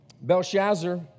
Belshazzar